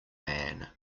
man